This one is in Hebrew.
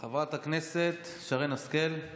חברת הכנסת שרן השכל,